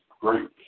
great